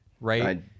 right